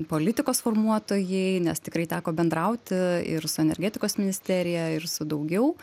politikos formuotojai nes tikrai teko bendrauti ir su energetikos ministerija ir su daugiau